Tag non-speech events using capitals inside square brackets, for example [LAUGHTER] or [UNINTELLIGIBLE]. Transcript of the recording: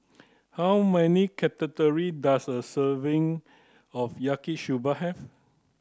how many [UNINTELLIGIBLE] does a serving of Yaki Soba have